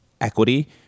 equity